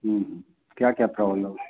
क्या क्या प्रॉब्लम है